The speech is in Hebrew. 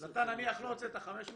אז אתה, נניח, לא הוצאת 500,